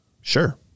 sure